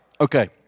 Okay